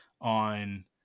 on